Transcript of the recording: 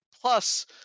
plus